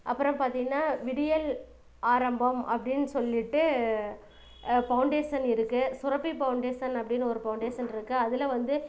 அப்புறம் பார்த்திங்கன்னா விடியல் ஆரம்பம் அப்படின்னு சொல்லிட்டு ஃபௌண்டேஷன் இருக்குது சுரப்பி ஃபௌண்டேஷன் அப்படின்னு ஒரு ஃபௌண்டேஷன் இருக்கு அதில் வந்து